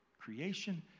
creation